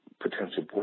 potential